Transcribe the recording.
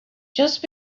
just